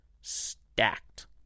stacked